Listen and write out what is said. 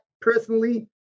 personally